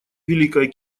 великое